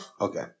Okay